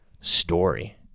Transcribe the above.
story